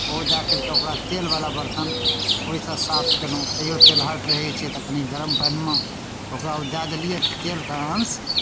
ओ दए करि कऽ ओकरा तेलवला बरतन ओहिसँ साफ कयलहुँ तैओ तेलहट रहै छै तऽ कनि गरम पानिमे ओकरा दए देलियै तऽ तेलके अंश